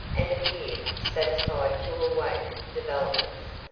and appeared satisfied to await developments.